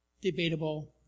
Debatable